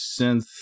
synth